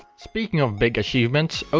speaking of big achievements, osu!